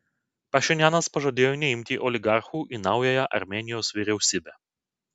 pašinianas pažadėjo neimti oligarchų į naująją armėnijos vyriausybę